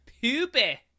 Poopy